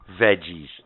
veggies